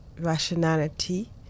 rationality